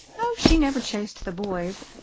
oh, she never chased the boys,